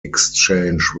exchange